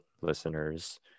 listeners